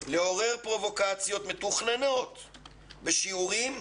לעורר פרובוקציות מתוכננות בשיעורים,